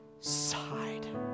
side